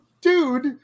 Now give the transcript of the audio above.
dude